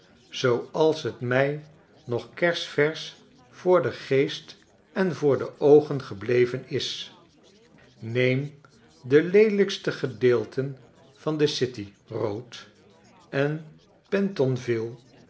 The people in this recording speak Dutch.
zooals het my nog kersversch voor den geest en voor de oogen gebleven is neem de leelijkste gedeelten van dengity roadenpentonville zooals ze daar reilen en